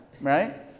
right